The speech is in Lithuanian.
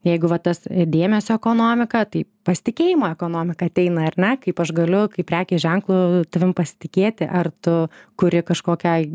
jeigu va tas dėmesio ekonomika tai pasitikėjimo ekonomika ateina ar ne kaip aš galiu kaip prekės ženklu tavim pasitikėti ar tu kuri kažkokiai